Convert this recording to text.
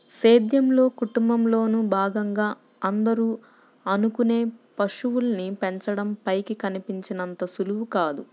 సేద్యంలో, కుటుంబంలోను భాగంగా అందరూ అనుకునే పశువుల్ని పెంచడం పైకి కనిపించినంత సులువు కాదు